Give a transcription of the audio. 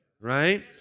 right